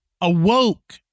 awoke